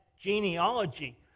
genealogy